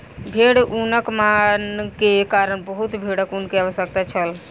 भेड़ ऊनक मांग के कारण बहुत भेड़क ऊन के आवश्यकता छल